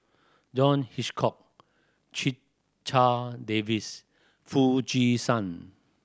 John Hitchcock Checha Davies Foo Chee San